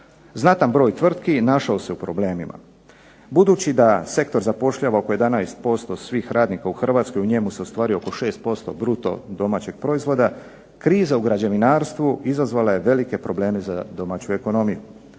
Znatan broj tvrtki našao se u problemima. Budući da sektor zapošljava oko 11% svih radnika u Hrvatskoj, u njemu se ostvaruje oko 6% bruto-domaćeg proizvoda kriza u građevinarstvu izazvala je velike probleme za domaću ekonomiju.